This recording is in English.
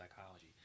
psychology